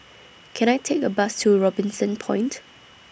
Can I Take A Bus to Robinson Point